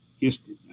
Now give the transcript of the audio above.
history